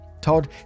Todd